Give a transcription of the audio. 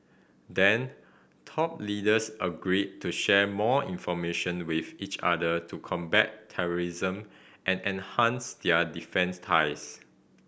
then top leaders agreed to share more information with each other to combat terrorism and enhance their defence ties